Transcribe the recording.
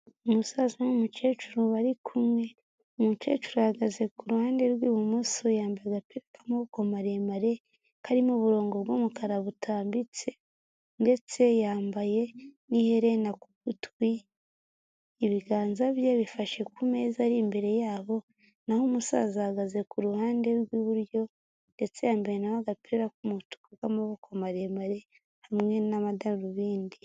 Umusaza n'umukecuru bari kumwe, umukecuru ahagaze ku ruhande rw'ibumoso yambaye agapira k'amaboko maremare karimo uburongo bw'umukara butambitse, ndetse yambaye n'iherena ku gutwi, ibiganza bye bifashe ku meza ari imbere yabo, naho umusaza ahagaze ku ruhande rw'iburyo ndetse yambaye nawe agapira k'umutuku k'amaboko maremare hamwe n'amadarubindi.